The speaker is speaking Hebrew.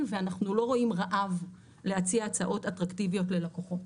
ואנחנו לא רואים רעב להציע הצעות אטרקטיביות ללקוחות.